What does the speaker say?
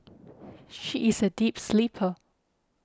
she is a deep sleeper